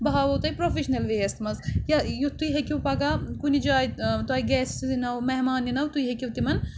بہٕ ہاوَو تۄہہِ پرٛوفیشنَل وے یَس منٛز یا یُتھ تُہۍ ہیٚکِو پَگاہ کُنہِ جایہِ تۄہہِ گیسہٕ یِنو مہمان یِنَو تُہۍ ہیٚکِو تِمَن